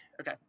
Okay